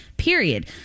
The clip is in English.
Period